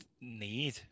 need